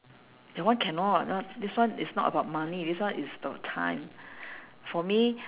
that one cannot not this one is not about money this one is about time for me